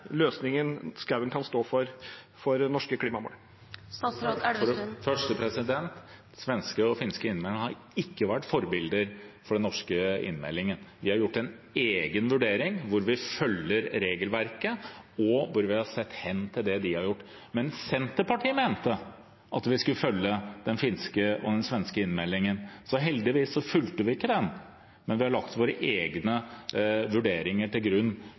løsningen skogen kan stå for for norske klimamål? For det første: Svenske og finske innmeldinger har ikke vært forbilder for den norske innmeldingen. Vi har gjort en egen vurdering, hvor vi følger regelverket, og hvor vi har sett hen til det de har gjort. Men Senterpartiet mente at vi skulle følge den finske og den svenske innmeldingen. Heldigvis fulgte vi ikke den, men vi har lagt våre egne vurderinger til grunn